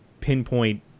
pinpoint